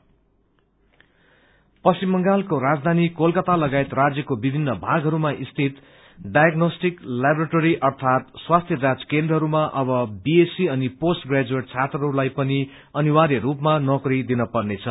appointment पश्चिम बंगालको राजधानी कोलकत्ता लगायत राज्यको विभिन्न भागहरूमा स्थित डायग्नोस्टिक लेबोरेटरी अर्थात स्वास्थ्य जाँच केन्द्रहरूमा अब बीएससी अनि पोस्ट थ्रेजुएट छात्रहरूलाई पनि अनिर्वाय रूपमा नौकरी दिन पर्नेछ